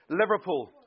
Liverpool